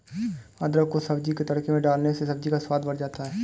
अदरक को सब्जी में तड़के में डालने से सब्जी का स्वाद बढ़ जाता है